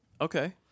Okay